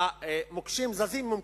המוקשים זזים ממקומם.